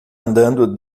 andando